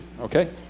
Okay